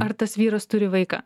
ar tas vyras turi vaiką